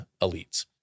elites